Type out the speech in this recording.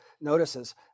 notices